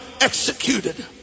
executed